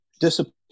discipline